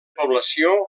població